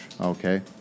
Okay